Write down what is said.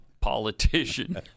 politician